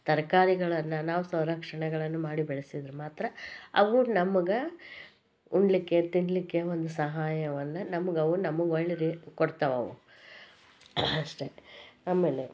ತರಕಾರಿಗಳನ್ನು ನಾವು ಸಂರಕ್ಷಣೆಗಳನ್ನು ಮಾಡಿ ಬೆಳೆಸಿದರೆ ಮಾತ್ರ ಅವು ನಮಗೆ ಉಣ್ಣಲಿಕ್ಕೆ ತಿನ್ನಲಿಕ್ಕೆ ಒಂದು ಸಹಾಯವನ್ನು ನಮಗೆ ಅವು ನಮಗೆ ಒಳ್ಳೆಯ ರೀತಿ ಕೊಡ್ತಾವವು ಅಷ್ಟೇ ಆಮೇಲೆ